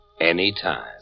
anytime